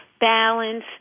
balance